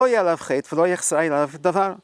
לא יהיה לך חטא ולא יחסר לך דבר.